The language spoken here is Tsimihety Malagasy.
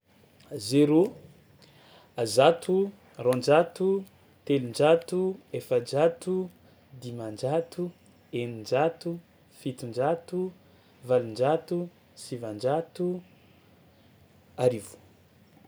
Zéro, zato, roanjato, telonjato, efajato, dimanjato, eninjato, fitonjato, valonjato, sivanjato, arivo.